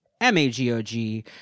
M-A-G-O-G